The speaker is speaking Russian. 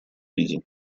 виде